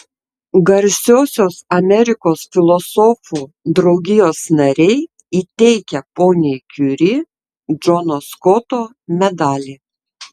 garsiosios amerikos filosofų draugijos nariai įteikia poniai kiuri džono skoto medalį